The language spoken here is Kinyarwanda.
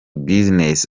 business